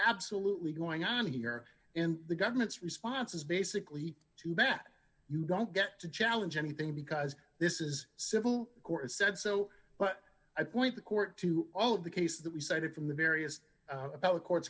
absolutely going on here in the government's response is basically to bet you don't get to challenge anything because this is civil court said so but i point the court to all of the cases that we cited from the various courts across the cou